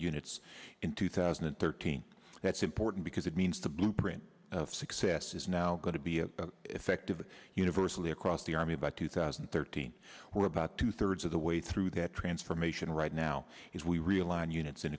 units in two thousand and thirteen that's important because it means the blueprint of success is now going to be effective universally across the army by two thousand and thirteen we're about two thirds of the way through that transformation right now is we realign units in